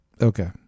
Okay